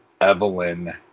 Evelyn